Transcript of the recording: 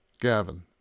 Gavin